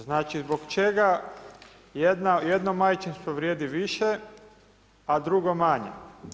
Znači zbog čega jedno majčinstvo vrijedi više a drugo manje?